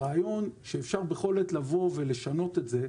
הרעיון שאפשר לבוא בכל עת ולשנות את זה,